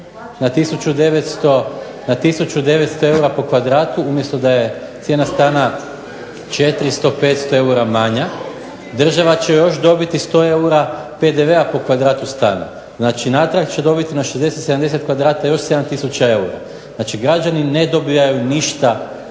na 1900 eura po kvadratu umjesto da je cijena stana 400, 500 eura manja država će još dobiti 100 eura PDV-a po kvadratu stana. Znači, natrag će dobiti na 60, 70 kvadrata još 7000 eura. Znači, građani ne dobivaju ništa